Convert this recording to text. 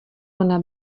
ona